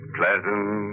Pleasant